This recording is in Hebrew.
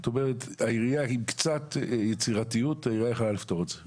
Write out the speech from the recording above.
עם קצת יצירתיות, העירייה יכולה לפתור את זה.